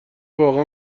واقعا